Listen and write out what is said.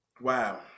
Wow